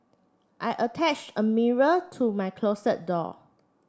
I attached a mirror to my closet door